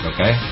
Okay